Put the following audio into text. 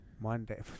Monday